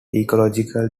ecological